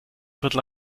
viertel